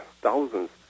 thousands